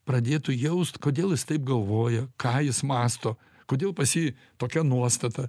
pradėtų jaust kodėl jis taip galvoja ką jis mąsto kodėl pas jį tokia nuostata